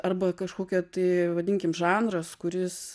arba kažkokia tai vadinkim žanras kuris